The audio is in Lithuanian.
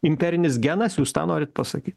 imperinis genas jūs tą norit pasakyt